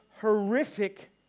horrific